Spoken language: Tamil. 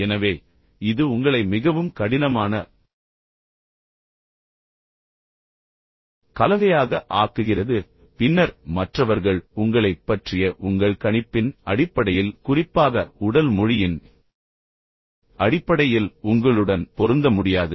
எனவே இது உங்களை மிகவும் கடினமான கலவையாக ஆக்குகிறது பின்னர் மற்றவர்கள் உங்களைப் பற்றிய உங்கள் கணிப்பின் அடிப்படையில் குறிப்பாக உடல் மொழியின் அடிப்படையில் உங்களுடன் பொருந்த முடியாது